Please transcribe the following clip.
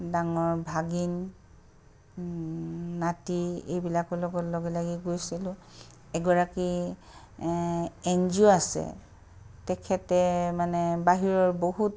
ডাঙৰ ভাগিন নাতি এইবিলাকৰ লগত লগ লাগি গৈছিলোঁ এগৰাকীৰ এন জি অ' আছে তেখেতে মানে বাহিৰৰ বহুত